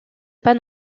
pas